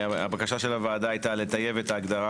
הבקשה של הוועדה הייתה לטייב את ההגדרה